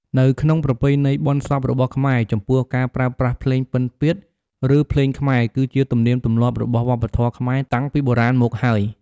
នៅក្នុងប្រពៃណីបុណ្យសពរបស់ខ្មែរ ចំពោះការប្រើប្រាស់ភ្លេងពិណពាទ្យ ឬភ្លេងខ្មែរ គឺជាទំនៀមទម្លាប់របស់វប្បធម៌ខ្មែរតាំងពីបុរាណមកហើយ។